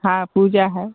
हाँ पूजा है